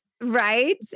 Right